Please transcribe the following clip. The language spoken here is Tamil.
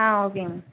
ஆ ஓகேங்க மேம்